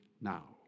now